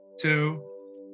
two